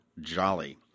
Jolly